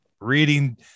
reading